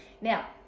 now